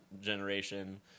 generation